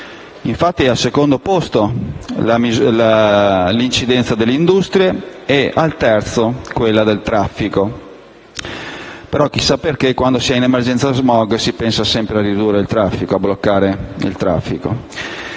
edifici; al secondo posto l'incidenza delle industrie e al terzo quella del traffico. Però, chissà perché, quando si è in emergenza *smog* si pensa sempre a ridurre o a bloccare il traffico.